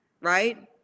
right